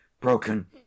broken